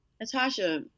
natasha